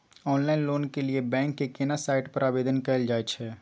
Online loan के लिए bank के केना साइट पर आवेदन कैल जाए छै?